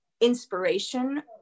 inspiration